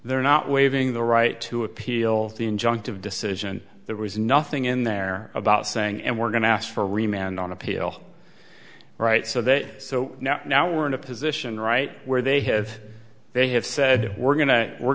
they're not waiving the right to appeal the injunctive decision there was nothing in there about saying and we're going to ask for remained on appeal right so that so now now we're in a position right where they have they have said we're going to we're